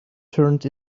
turned